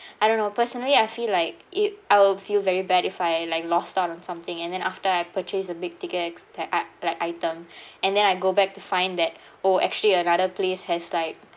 I don't know personally I feel like it I'll feel very bad if I like lost out on something and then after I purchase a big ticket ex~ that I like item and then I go back to find that oh actually another place has like